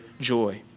joy